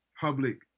public